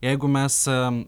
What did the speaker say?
jeigu mes